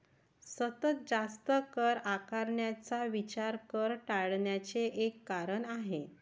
सतत जास्त कर आकारण्याचा विचार कर टाळण्याचे एक कारण आहे